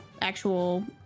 actual